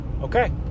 okay